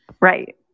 Right